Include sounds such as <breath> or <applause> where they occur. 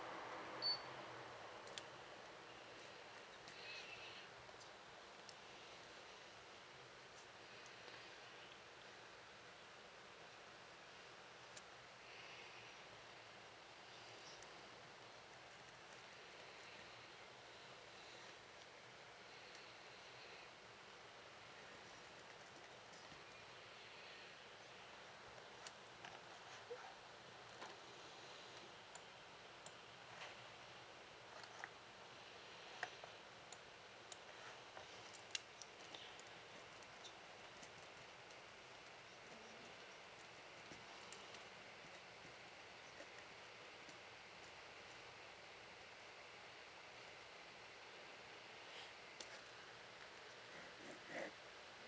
<breath>